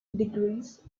degrees